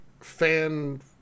fan